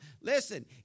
Listen